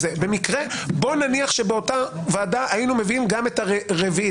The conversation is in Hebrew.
בוא נניח שבאותה ועדה היינו מביאים גם את הרביעי,